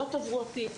לא תברואתית,